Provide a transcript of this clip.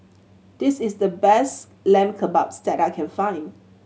this is the best Lamb Kebabs that I can find